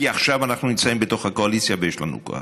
כי עכשיו אנחנו נמצאים בתוך הקואליציה ויש לנו כוח.